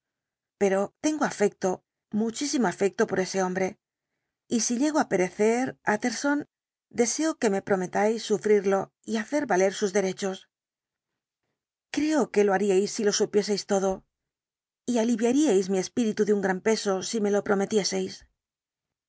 pero tengo afecto muchísimo afecto por ese hombre y si llego á perecer utterson deseo que me prometáis sufrirlo y hacer valer sus derechos creo que lo haríais si lo supieseis todo y alivia el dr jekyll riáis á mi espíritu de un gran peso si me lo prometieseis no